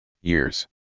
years